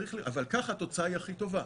אבל ככה התוצאה היא הכי טובה.